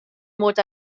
mod